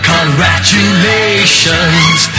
Congratulations